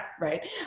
Right